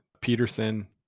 Peterson